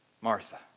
Martha